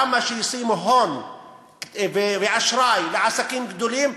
כמה שישימו הון ואשראי לעסקים גדולים,